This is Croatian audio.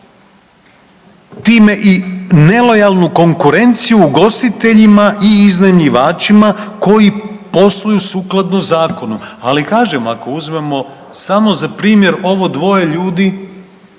time i nelojalnu konkurenciju ugostiteljima i iznajmljivačima koji posluju sukladno zakonu. Ali kažem ako uzmemo samo za primjer ovo dvoje ljudi